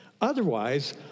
Otherwise